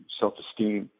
self-esteem